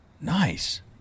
Nice